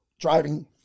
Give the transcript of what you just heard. driving